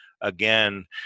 again